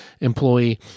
employee